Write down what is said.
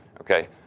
Okay